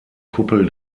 kuppel